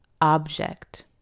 object